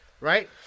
right